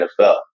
NFL